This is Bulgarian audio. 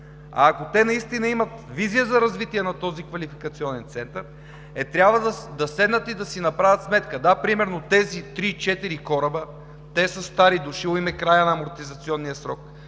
А ако те наистина имат визия за развитие на този квалификационен център, трябва да седнат и да си направят сметка: да, примерно тези три-четири кораба са стари, дошъл им е краят на амортизационния срок,